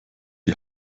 die